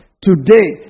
Today